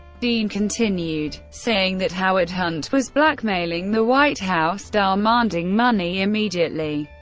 dean continued, saying that howard hunt was blackmailing the white house demanding money immediately.